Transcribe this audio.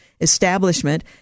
establishment